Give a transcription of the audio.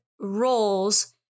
roles